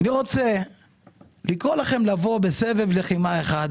אני רוצה לקרוא לכם בסבב לחימה אחד,